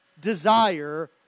desire